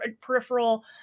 peripheral